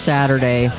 Saturday